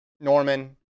Norman